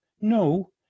No